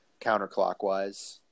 counterclockwise